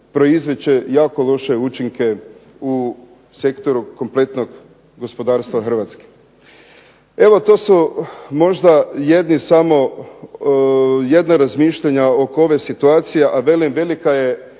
proizvest će jako loše učinke u sektoru kompletnog gospodarstva Hrvatske. Evo to su možda jedni samo, jedna razmišljanja oko ove situacije, a velim velika je